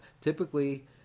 Typically